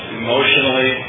emotionally